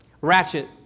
Ratchet